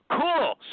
cool